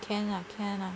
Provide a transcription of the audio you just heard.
can ah can ah